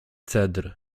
cedr